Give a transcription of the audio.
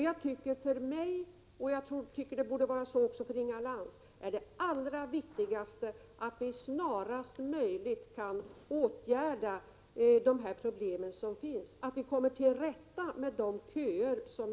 Jag anser för min del, och jag tycker det borde vara så också för Inga Lantz, att det allra viktigaste är att vi snarast möjligt kan åtgärda de problem som finns, så att vi kommer till rätta med köerna.